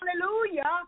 Hallelujah